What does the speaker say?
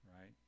right